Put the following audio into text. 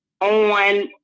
on